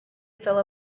fill